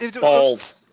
Balls